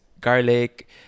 garlic